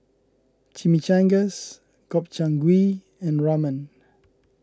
Chimichangas Gobchang Gui and Ramen